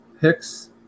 Hicks